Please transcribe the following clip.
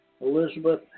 Elizabeth